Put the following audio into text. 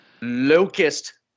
Locust